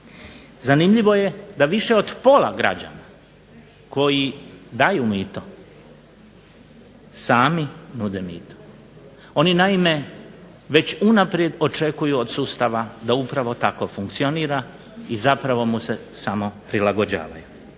Zanimljivo je da više od pola građana koji daju mito sami nude mito. Oni naime, već unaprijed očekuju od sustava da upravo tako funkcionira i zapravo mu se samo prilagođavaju.